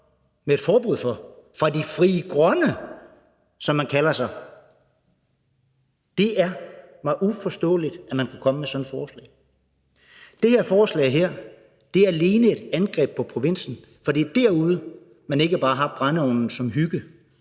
med et forbud mod fra Frie Grønne, som man kalder sig. Det er mig uforståeligt, at man kunne komme med sådan et forslag. Det her forslag er alene et angreb på provinsen, for det er derude, man ikke bare har brændeovnen som hygge;